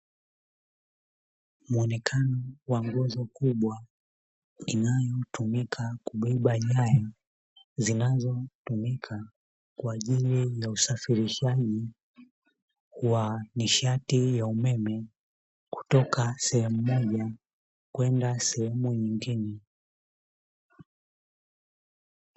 Muonekano wa nguzo kubwa inayotumika kubeba nyaya zinazotumika kwa ajili ya usafirishaji wa nishati ya umeme, kutoka sehemu moja kwenda sehemu nyingine.